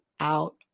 Out